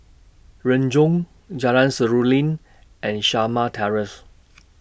Renjong Jalan Seruling and Shamah Terrace